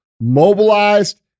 mobilized